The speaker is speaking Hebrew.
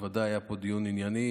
בוודאי היה פה דיון ענייני,